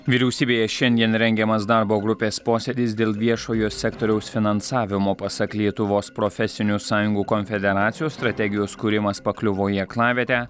vyriausybėje šiandien rengiamas darbo grupės posėdis dėl viešojo sektoriaus finansavimo pasak lietuvos profesinių sąjungų konfederacijos strategijos kūrimas pakliuvo į aklavietę